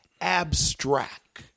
abstract